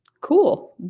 cool